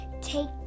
take